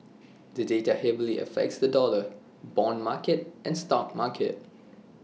the data heavily affects the dollar Bond market and stock market